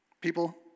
People